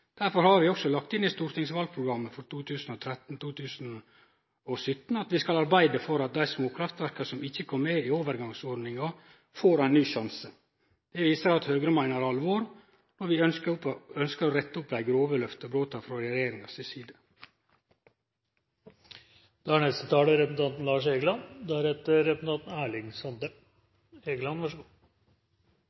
Derfor har vi også lagt inn i stortingsvalprogrammet for 2013–2017 at vi skal arbeide for at dei småkraftverka som ikkje kom med i overgangsordninga, får ein ny sjanse. Det viser at Høgre meiner alvor når vi ønskjer å rette opp dei grove løftebrota frå regjeringa si side. Jeg har ikke omfattende kommentarer til denne saken. Som representanten